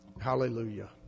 Hallelujah